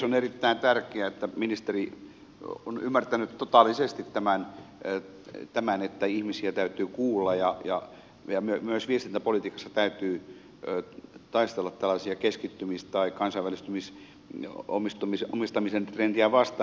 on erittäin tärkeää että ministeri on ymmärtänyt totaalisesti tämän että ihmisiä täytyy kuulla ja myös viestintäpolitiikassa täytyy taistella tällaisia keskittymis tai kansainvälistymisomistamisen trendejä vastaan